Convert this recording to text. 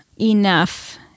enough